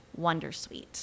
Wondersuite